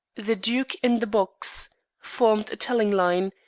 the duke in the box formed a telling line,